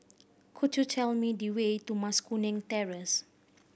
could you tell me the way to Mas Kuning Terrace